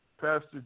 Pastor